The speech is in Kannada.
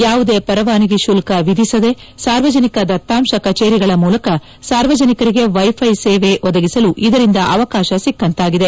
ಯಾವುದೇ ಪರವಾನಗಿ ಶುಲ್ಕ ವಿಧಿಸದೆ ಸಾರ್ವಜನಿಕ ದತ್ತಾಂಶ ಕಚೇರಿಗಳ ಮೂಲಕ ಸಾರ್ವಜನಿಕರಿಗೆ ವೈಫೈ ಸೇವೆ ಒದಗಿಸಲು ಇದರಿಂದ ಅವಕಾಶ ಸಿಕ್ಕಂತಾಗಿದೆ